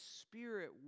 Spirit